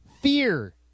Fear